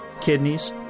kidneys